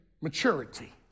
maturity